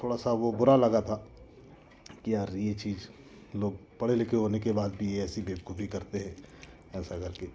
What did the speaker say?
थोड़ा सा वो बुरा लगा था कि यार ये चीज लोग पढ़े लिखे होने के बाद भी ये ऐसी बेवकूफी करते है ऐसा करके